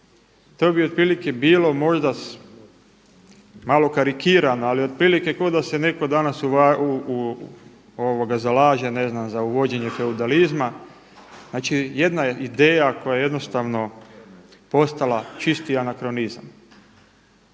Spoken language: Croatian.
To bi otprilike bilo možda malo karikiram, ali otprilike kao da se netko danas zalaže ne znam za uvođenje feudalizma. Znači jedna je ideja koja je postala čisti anakronizam.